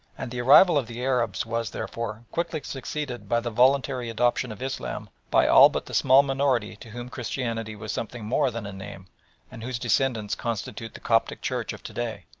and the arrival of the arabs was, therefore, quickly succeeded by the voluntary adoption of islam by all but the small minority to whom christianity was something more than a name and whose descendants constitute the coptic church of to-day.